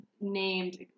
named